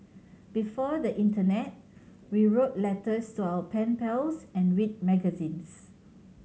before the Internet we wrote letter so our pen pals and read magazines